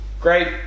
great